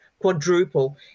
quadruple